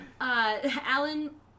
Alan